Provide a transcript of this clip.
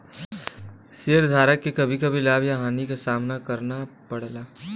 शेयरधारक के कभी कभी लाभ या हानि क सामना करना पड़ला